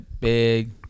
big